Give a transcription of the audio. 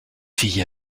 fille